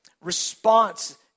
response